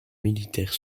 militaire